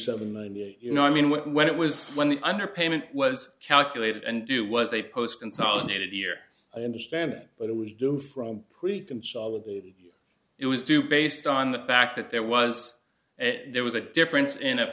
seven ninety eight you know i mean what when it was when the underpayment was calculated and do what they post consolidated year i understand but it was doomed from pre consolidated it was due based on the fact that there was a there was a difference in